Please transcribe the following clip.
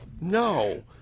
No